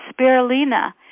spirulina